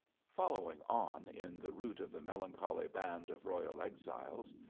following on in the route of the melancholy band of royal exiles,